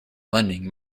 lending